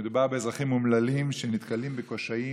מדובר באזרחים אומללים שנתקלים בקשיים